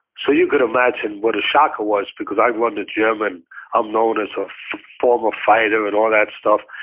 so you could imagine what a shock it was because i run the gym, and i'm known as a former fighter and all that stuff.